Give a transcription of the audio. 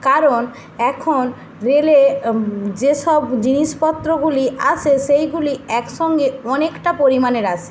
কারণ এখন রেলে যেসব জিনিসপত্রগুলি আসে সেইগুলি একসঙ্গে অনেকটা পরিমাণের আসে